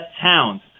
Towns